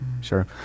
Sure